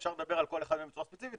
אפשר לדבר עליהם בצורה ספציפית,